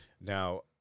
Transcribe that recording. Now